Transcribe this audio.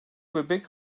bebek